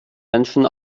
menschen